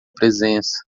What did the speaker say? presença